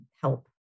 help